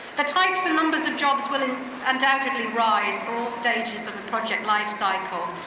the types and numbers of jobs will and undoubtedly rise for all stages of the project life cycle.